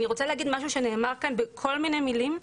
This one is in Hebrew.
אני רוצה להגיד משהו שנאמר כאן בכל מיני מילים.